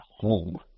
home